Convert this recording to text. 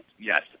yes